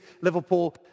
Liverpool